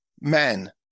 men